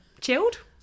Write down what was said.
chilled